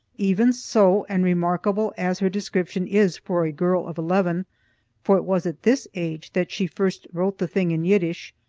even so, and remarkable as her description is for a girl of eleven for it was at this age that she first wrote the thing in yiddish,